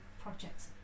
projects